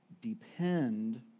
depend